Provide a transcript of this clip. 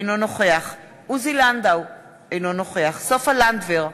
אינו נוכח עוזי לנדאו, אינו נוכח סופה לנדבר,